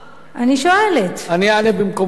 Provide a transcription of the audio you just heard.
שהציג כאן